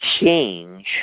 change